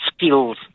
skills